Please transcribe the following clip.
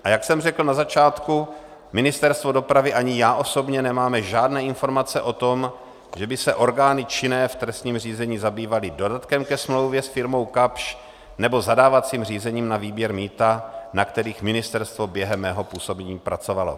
A jak jsem řekl na začátku, Ministerstvo dopravy ani já osobně nemáme žádné informace o tom, že by se orgány činné v trestním řízení zabývaly dodatkem ke smlouvě s firmou Kapsch nebo zadávacím řízením na výběr mýta, na kterých ministerstvo během mého působení pracovalo.